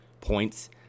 points